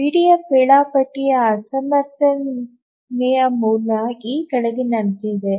EDF ವೇಳಾಪಟ್ಟಿಯ ಅಸಮರ್ಥತೆಯ ಮೂಲ ಈ ಕೆಳಗಿನಂತಿರುತ್ತದೆ